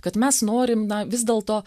kad mes norim na vis dėlto